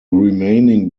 remaining